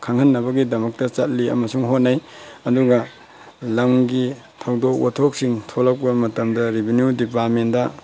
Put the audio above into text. ꯈꯪꯍꯟꯅꯕꯒꯤꯗꯃꯛꯇ ꯆꯠꯂꯤ ꯑꯃꯁꯨꯡ ꯍꯣꯠꯅꯩ ꯑꯗꯨꯒ ꯂꯝꯒꯤ ꯊꯧꯗꯣꯛ ꯋꯥꯊꯣꯛꯁꯤꯡ ꯊꯣꯛꯂꯛꯄ ꯃꯇꯝꯗ ꯔꯦꯚꯤꯅ꯭ꯌꯨ ꯗꯤꯄꯥꯔꯠꯃꯦꯟꯗ